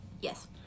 Yes